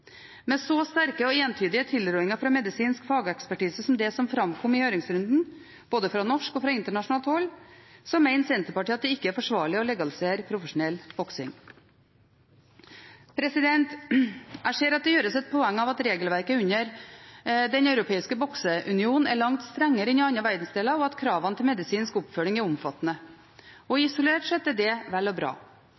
Med så sterke og entydige tilrådinger fra medisinsk fagekspertise som det som framkom i høringsrunden, både fra norsk og fra internasjonalt hold, mener Senterpartiet at det ikke er forsvarlig å legalisere profesjonell boksing. Jeg ser at det gjøres et poeng av at regelverket under den europeiske bokseunionen er langt strengere enn i andre verdensdeler, og at kravene til medisinsk oppfølging er omfattende. Isolert sett er det vel og